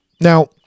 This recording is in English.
Now